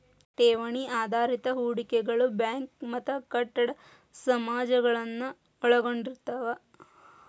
ಠೇವಣಿ ಆಧಾರಿತ ಹೂಡಿಕೆಗಳು ಬ್ಯಾಂಕ್ ಮತ್ತ ಕಟ್ಟಡ ಸಮಾಜಗಳನ್ನ ಒಳಗೊಂಡಿರ್ತವ